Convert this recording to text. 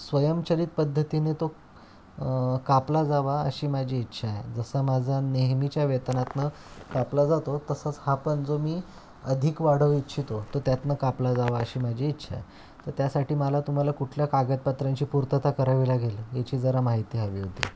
स्वयंचलित पद्धतीने तो कापला जावा अशी माझी इच्छा आहे जसा माझा नेहमीच्या वेतनातनं कापला जातो तसंच हा पण जो मी अधिक वाढवू इच्छितो तो त्यातनं कापला जावा अशी माझी इच्छा आहे तर त्यासाठी मला तुम्हाला कुठल्या कागदपत्रांची पूर्तता करावी लागेल याची जरा माहिती हवी होती